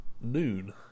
noon